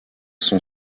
son